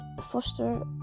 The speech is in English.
foster